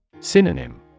Synonym